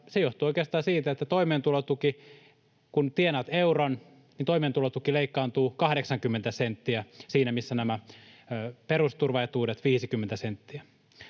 se johtuu oikeastaan siitä, että kun tienaat euron, niin toimeentulotuki leikkaantuu 80 senttiä siinä, missä nämä perusturvaetuudet 50 senttiä.